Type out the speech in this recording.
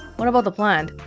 what about the plant?